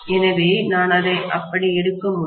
எனவே நான் அதை அப்படி எடுக்க முடியும்